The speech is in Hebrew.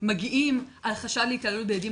מגיעים על חשד להתעללות בילדים,